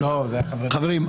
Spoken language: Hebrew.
חברים,